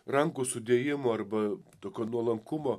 rankų sudėjimo arba tokio nuolankumo